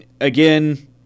again